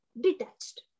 detached